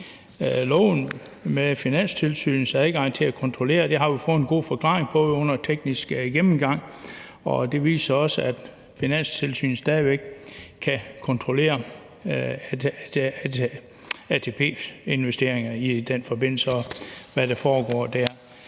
forhold til Finanstilsynets adgang til at kontrollere. Det har vi fået en god forklaring på under den tekniske gennemgang, som viser, at Finanstilsynet stadig væk kan kontrollere ATP's investeringer i den forbindelse, og hvad der foregår dér.